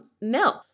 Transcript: milk